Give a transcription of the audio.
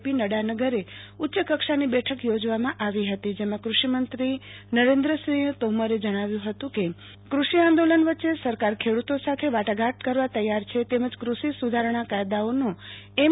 પી નડાનાં ધરે ઉચકક્ષાની બેઠક યોજવામાં આવી ફતી જેમાં કૃષિમંત્રી નરેન્દ્રસિંફ તોમરે કહ્યું હતે કે કૃષિ આંદોલન વચ્ચે સરકાર ખેડૂતો સાથે વાટાધાતા કરવા તૈયાર છે તેમજ ફષિ સુધારણા કાયદાઓનો એમ